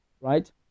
right